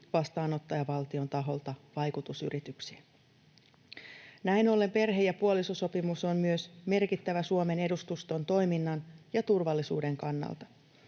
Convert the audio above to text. vastaanottajavaltion taholta vaikutusyrityksiä. Näin ollen perhe- ja puolisosopimus on myös merkittävä Suomen edustuston toiminnan ja turvallisuuden kannalta.